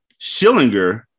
Schillinger